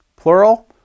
Plural